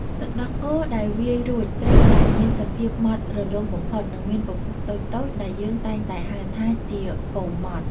ទឹកដោះគោដែលវាយរួចត្រូវតែមានសភាពម៉ត់រលោងបំផុត និងមានពពុះតូចៗដែលយើងតែងតែហៅថាជាហ្វូមម៉ត់។